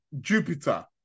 Jupiter